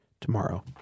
tomorrow